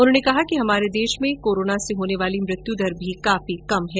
उन्होंने कहा कि हमारे देश में कोरोना से होने वाली मृत्यु दर भी काफी कम है